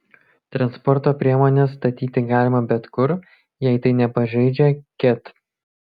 transporto priemones statyti galima bet kur jei tai nepažeidžia ket